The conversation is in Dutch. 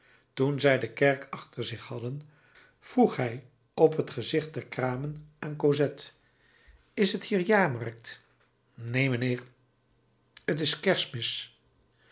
toen zij de kerk achter zich hadden vroeg hij op t gezicht der kramen aan cosette is t hier jaarmarkt neen mijnheer t is kerstmis